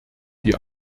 die